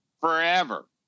Forever